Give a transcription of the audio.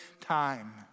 time